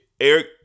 Eric